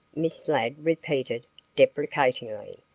miss ladd repeated deprecatingly,